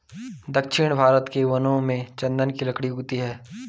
दक्षिण भारत के वनों में चन्दन की लकड़ी उगती है